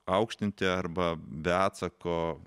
aukštinti arba be atsako